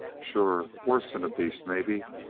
sure. worse'n a beast, maybe.